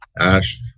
ash